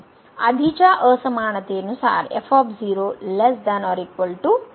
आधीच्या असमानते नुसार3